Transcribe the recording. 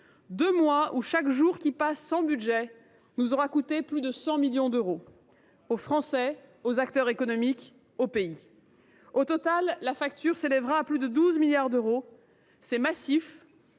lesquels chaque jour passé sans budget aura coûté plus de 100 millions d’euros aux Français, aux acteurs économiques et au pays. Au total, la facture s’élèvera à plus de 12 milliards d’euros. C’est massif